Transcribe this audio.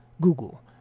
Google